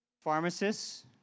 Pharmacists